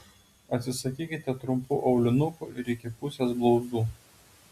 atsisakykite trumpų aulinukų ir iki pusės blauzdų